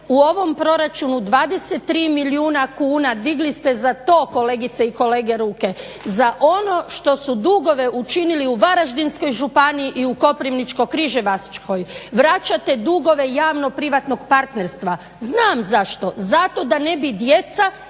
u ovom proračunu 23 milijuna kuna. Digli ste za to kolegice i kolege ruke, za ono što su dugove učinili u Varaždinskoj županiji i u Koprivničko-križevačkoj vraćajte dugove javnoprivatnog partnerstva, znam zašto. Zato da ne bi djeca